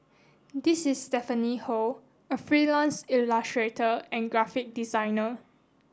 this is Stephanie Ho a freelance illustrator and graphic designer